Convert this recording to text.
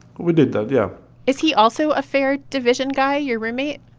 we did that, yeah is he also a fair division guy, your roommate?